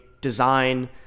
design